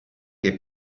che